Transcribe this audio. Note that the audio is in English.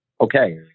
Okay